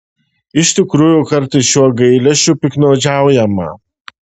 iš tikrųjų kartais šiuo gailesčiu piktnaudžiaujama